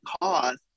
cause